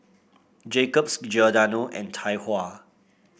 Jacob's Giordano and Tai Hua